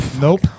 Nope